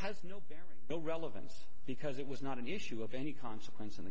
has no bearing no relevance because it was not an issue of any consequence in the